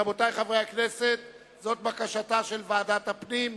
רבותי חברי הכנסת, זאת בקשתה של ועדת הפנים.